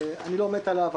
אני לא מת עליו.